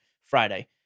friday